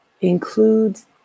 includes